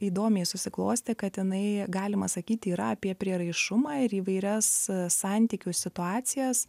įdomiai susiklostė kad jinai galima sakyti yra apie prieraišumą ir įvairias santykių situacijas